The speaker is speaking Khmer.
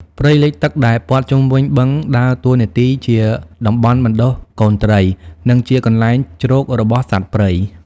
ព្រៃលិចទឹកដែលព័ទ្ធជុំវិញបឹងដើរតួនាទីជាតំបន់បណ្តុះកូនត្រី និងជាកន្លែងជ្រករបស់សត្វព្រៃ។